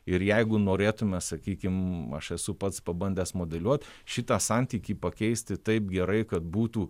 ir jeigu norėtume sakykim aš esu pats pabandęs modeliuot šitą santykį pakeisti taip gerai kad būtų